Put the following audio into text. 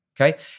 Okay